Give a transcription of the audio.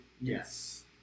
Yes